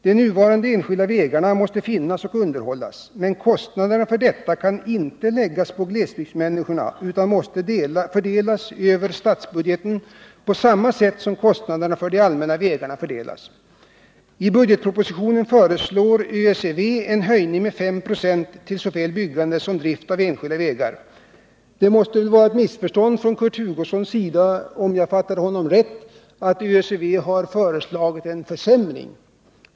De nuvarande enskilda vägarna måste finnas och underhållas, men kostnaderna för detta kan inte läggas på glesbygdsmänniskorna utan måste fördelas över statsbudgeten, på samma sätt som kostnaderna för de allmänna vägarna fördelas. I budgetpropositionen föreslår ÖSEV en höjning med 5 96 till såväl byggande som drift av enskilda vägar. Det måste ha varit ett missförstånd från Kurt Hugossons sida — om jag fattade honom rätt — att ÖSEV har föreslagit en försämring.